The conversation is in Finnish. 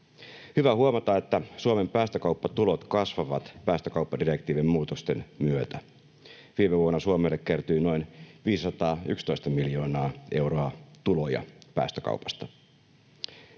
hyvä huomata, että Suomen päästökauppatulot kasvavat päästökauppadirektiivin muutosten myötä. Viime vuonna Suomelle kertyi noin 511 miljoonaa euroa tuloja päästökaupasta.